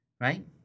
Right